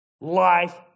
Life